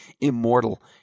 immortal